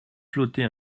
flotter